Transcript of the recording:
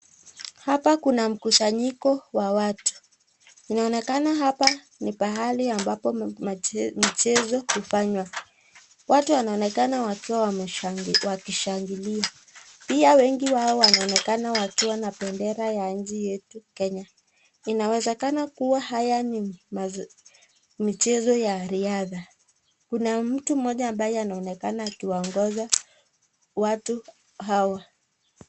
Hapa kuna mkusanyiko wa watu. Inaonekana hapa ni mahali ambapo michezo hufanywa. Watu wanaonekana wakiwa wakishangilia pia wengi wao wanaonekana wakiwa na bendera ya nchi yetu kenya. Inawezekana kuwa haya ni michezo ya riadha kuna mtu mmoja ambaye anaonekana akiwaongoza watu hawa.